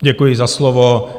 Děkuji za slovo.